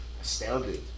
astounded